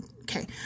Okay